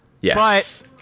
Yes